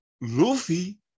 Luffy